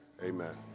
amen